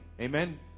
Amen